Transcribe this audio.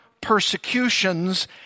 persecutions